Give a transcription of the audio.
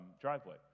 driveway